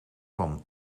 van